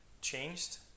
changed